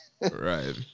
right